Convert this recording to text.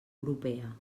europea